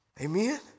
Amen